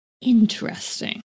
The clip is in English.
interesting